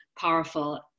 powerful